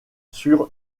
sur